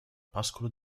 pascolo